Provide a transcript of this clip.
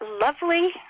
lovely